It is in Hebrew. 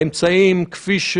שהוא